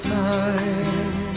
time